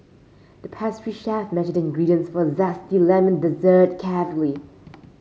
the pastry chef measured the ingredients for a zesty lemon dessert carefully